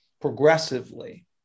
progressively